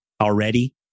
already